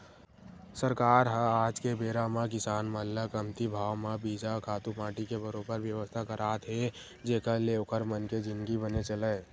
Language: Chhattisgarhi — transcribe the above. सरकार ह आज के बेरा म किसान मन ल कमती भाव म बीजा, खातू माटी के बरोबर बेवस्था करात हे जेखर ले ओखर मन के जिनगी बने चलय